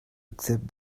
except